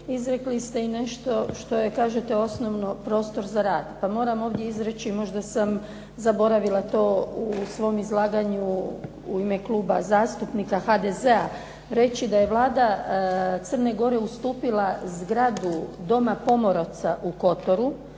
izrekli ste i nešto što je kažete osnovno prostor za rad. Pa moram ovdje izreći možda sam zaboravila to u svom izlaganju u ime Kluba zastupnika HDZ-a reći da je Vlada Crne Gore ustupila zgradu Doma pomoraca u Kotoru,